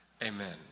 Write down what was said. Amen